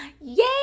yay